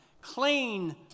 clean